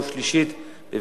(תיקון מס' 4) (אכיפה אזרחית),